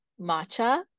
matcha